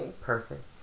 Perfect